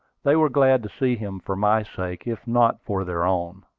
they were glad to see him for my sake, if not for their own.